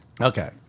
Okay